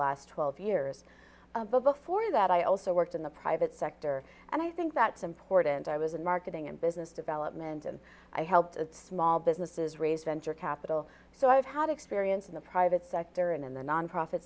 last twelve years but before that i also worked in the private sector and i think that's important i was in marketing and business development and i help small businesses raise and your capital so i've had experience in the private sector and in the nonprofit